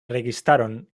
registaron